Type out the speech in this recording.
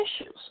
issues